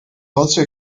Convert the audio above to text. also